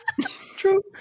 True